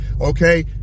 okay